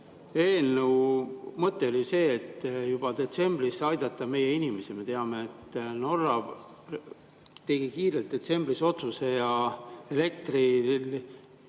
eelnõu mõte oli see, et juba detsembris aidata meie inimesi. Me teame, et Norra tegi kiirelt detsembris otsuse ja pani elektri